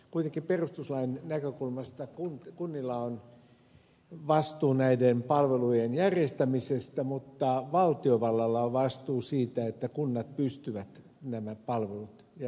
kuitenkin perustuslain näkökulmasta kunnilla on vastuu näiden palvelujen järjestämisestä mutta valtiovallalla on vastuu siitä että kunnat pystyvät nämä palvelut järjestämään